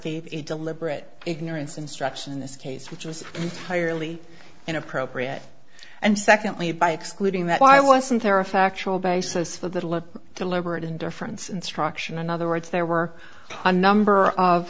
gave a deliberate ignorance instruction in this case which was entirely inappropriate and secondly by excluding that why wasn't there a factual basis for little deliberate indifference instruction in other words there were a number of